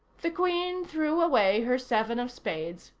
the queen threw away her seven of spades,